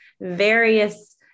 various